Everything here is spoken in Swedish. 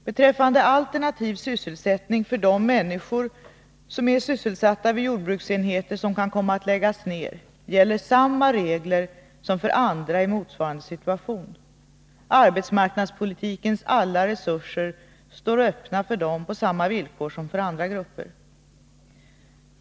Beträffande alternativ sysselsättning för de människor som är sysselsatta vid jordbruksenheter som kan komma att läggas ner, gäller samma regler som för andra i motsvarande situation. Arbetsmarknadspolitikens alla resurser står öppna för dem på samma villkor som för andra grupper.